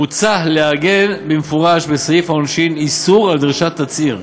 מוצע לעגן במפורש בסעיף העונשין איסור על דרישת תצהיר,